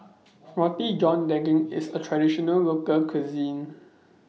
Roti John Daging IS A Traditional Local Cuisine